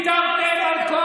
ויתרתם על כל